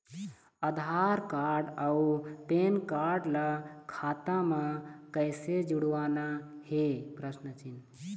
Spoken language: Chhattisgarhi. आधार कारड अऊ पेन कारड ला खाता म कइसे जोड़वाना हे?